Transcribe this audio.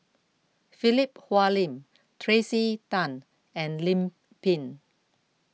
Philip Hoalim Tracey Tan and Lim Pin